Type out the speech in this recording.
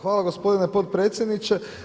Hvala gospodine potpredsjedniče.